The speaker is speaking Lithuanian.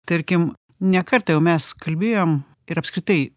tarkim ne kartą jau mes kalbėjom ir apskritai